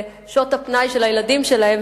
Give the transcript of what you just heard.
בשעות הפנאי של הילדים שלהם,